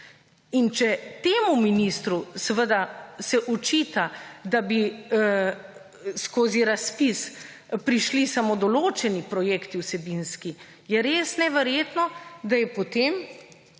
In če temu ministru seveda se očita, da bi skozi razpis prišli samo določeni projekti vsebinski, je res neverjetno, da je potem